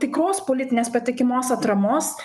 tikros politinės patikimos atramos